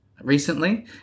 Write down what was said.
recently